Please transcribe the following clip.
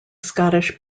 scottish